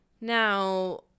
now